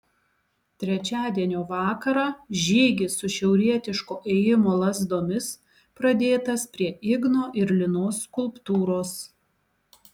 trečiadienio vakarą žygis su šiaurietiško ėjimo lazdomis pradėtas prie igno ir linos skulptūros